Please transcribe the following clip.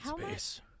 space